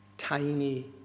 Tiny